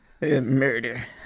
Murder